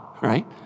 right